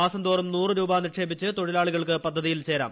മാസം തോറും നൂറ് രൂപ നിക്ഷേപിച്ച് തൊഴിലാളികൾക്ക് പദ്ധതിയിൽ ചേരാം